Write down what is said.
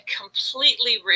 completely